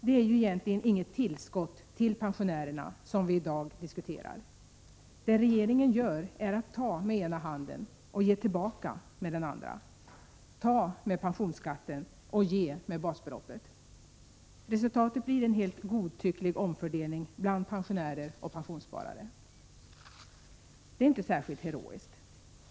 Det är ju egentligen inget tillskott till pensionärerna som vi i dag diskuterar. Det regeringen gör är att ta med ena handen och ge tillbaka med den andra. Ta med pensionsskatten och ge med basbeloppet. Resultatet blir en helt godtycklig omfördelning bland pensionärer och pensionssparare. Det är inte särskilt heroiskt.